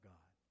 God